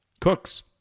cooks